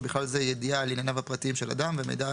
ובכלל זה ידיעה על ענייניו הפרטיים של אדם ומידע